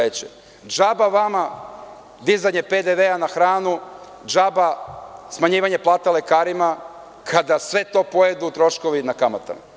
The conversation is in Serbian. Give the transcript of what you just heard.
Džaba vama dizanje PDV-a na hranu, džaba smanjivanje plata lekarima kada sve to pojedu troškovi na kamatama.